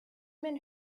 men